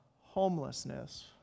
homelessness